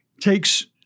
takes